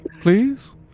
Please